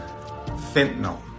Fentanyl